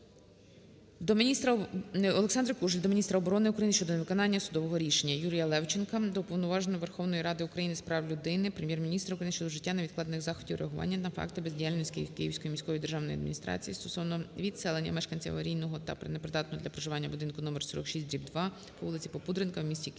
Олександри Кужель до міністра оборони України щодо невиконання судового рішення. ЮріяЛевченка до Уповноваженого Верховної Ради України з прав людини, Прем'єр-міністра України щодо вжиття невідкладних заходів реагування на факти бездіяльності Київської міської державної адміністрації стосовно відселення мешканців аварійного та непридатного для проживання будинку № 46/2 по вулиці Попудренка у місті Києві,